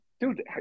Dude